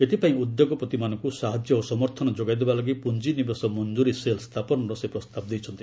ଏଥିପାଇଁ ଉଦ୍ୟୋଗପତିମାନଙ୍କୁ ସାହାଯ୍ୟ ଓ ସମର୍ଥନ ଯୋଗାଇଦେବା ଲାଗି ପୁଞ୍ଜିନିବେଶ ମଞ୍ଜୁରି ସେଲ୍ ସ୍ଥାପନର ସେ ପ୍ରସ୍ତାବ ଦେଇଛନ୍ତି